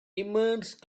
immense